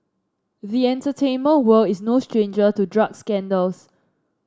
the entertainment world is no stranger to drug scandals